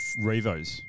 Revos